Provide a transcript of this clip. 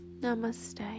Namaste